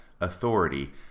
authority